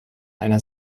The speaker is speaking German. einer